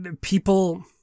People